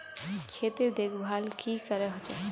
खेतीर देखभल की करे होचे?